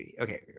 okay